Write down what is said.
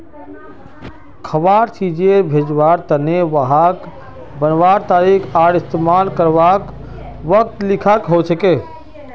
खवार चीजोग भेज्वार तने वहात बनवार तारीख आर इस्तेमाल कारवार वक़्त लिखाल होचे